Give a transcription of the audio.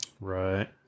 Right